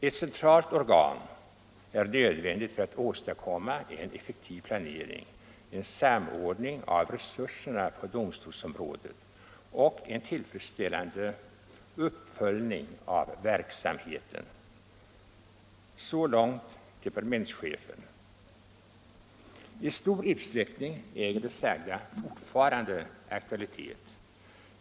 Ett centralt organ är nödvändigt för att åstadkomma en effektiv planering, en samordning av resurserna på domstolsområdet och en tillfredsställande uppföljning av verksamheten. Så långt departementschefen. I stor utsträckning äger det sagda fortfarande aktualitet.